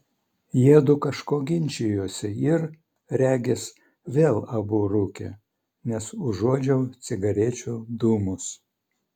jiedu kažko ginčijosi ir regis vėl abu rūkė nes užuodžiau cigarečių dūmus